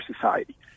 society